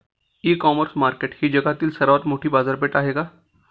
इ commerce market ही जगातील सर्वात मोठी बाजारपेठ आहे का?